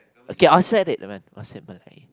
okay I said it man I said Malay